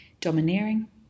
domineering